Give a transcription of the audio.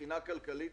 מבחינה כלכלית.